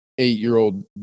Eight-year-old